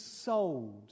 sold